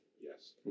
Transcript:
Yes